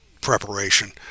preparation